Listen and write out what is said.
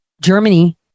Germany